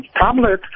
tablet